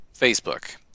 facebook